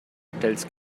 hotels